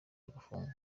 bagafungwa